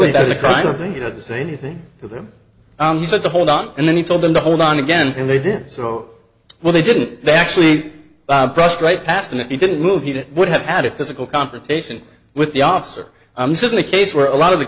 does a kind of thing you know they say anything to them he said to hold on and then he told them to hold on again and they did so well they didn't they actually crossed right past him if he didn't move he would have had a physical confrontation with the officer i'm this isn't a case where a lot of the